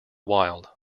wild